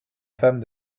femme